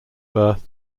birth